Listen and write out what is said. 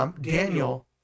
Daniel